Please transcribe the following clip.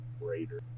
greater